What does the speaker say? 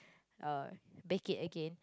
uh bake it again